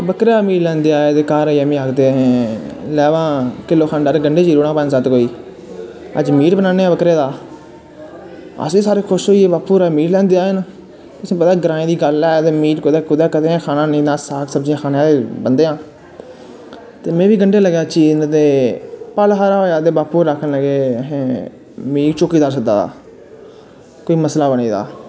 ते घर आईयै मिगी आखदे लैओ हां किलो खंड हारे गंडे चीरो हां पंद सत्त कोई अज्ज मीट बनाने आं बकरे दा अस बी सारे खुश होई गे बापू होर मीट लैंदे आए न तुसेंगी पता ऐ ग्रांऽ च कुदै कदैं मीट बनाना नेईं ता अस साग सब्जियां खाने आह्ले बंदे न ते में बी गंढे लगेआ चीरन ते पल हारा होया बापू होर लगे आक्खन लगे अहैं चौकीदार सद्दा दा कोई मसला बनी दा